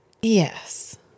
Yes